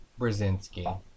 Brzezinski